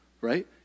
right